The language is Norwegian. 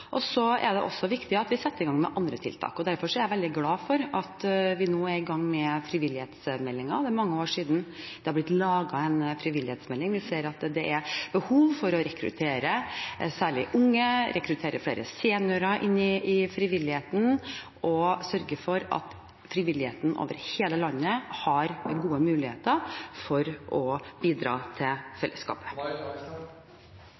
midlene. Så er det også viktig at vi setter i gang med andre tiltak. Derfor er jeg veldig glad for at vi nå er i gang med frivillighetsmeldingen. Det er mange år siden det har blitt laget en frivillighetsmelding. Vi ser at det særlig er behov for å rekruttere unge og flere seniorer inn i frivilligheten og sørge for at frivilligheten over hele landet har gode muligheter til å bidra til